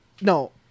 No